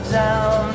down